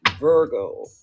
virgo